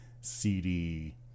CD